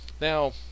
now